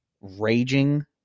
raging